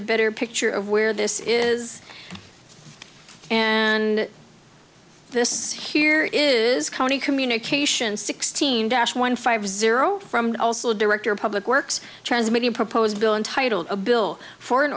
a better picture of where this is and this here is county communication sixteen dash one five zero from also director of public works transmedia proposed bill entitled a bill for an